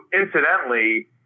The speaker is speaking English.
incidentally